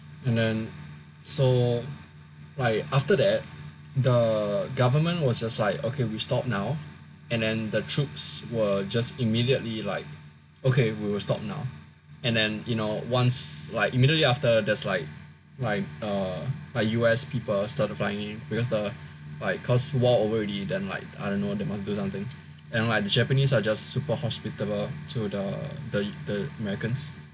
and then so like after that the government was just like okay we stop now and then the troops were just immediately like okay we will stop now and then you know once like immediately after there's like like uh U_S people started flying in because the like cause war over already then like I don't know they must do something and the Japanese people are just super hospitable to the the Americans